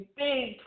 big